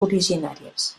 originàries